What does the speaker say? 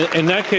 in that case,